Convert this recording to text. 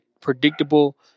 predictable